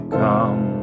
come